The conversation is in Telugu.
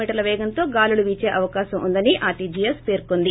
మీ పేగంతో గాలులు వీచే అవకాశం ఉందని ఆర్టీజీఎస్ పేర్కొంది